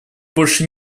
больше